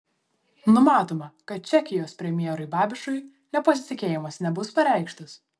numatoma kad čekijos premjerui babišui nepasitikėjimas nebus pareikštas